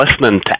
listening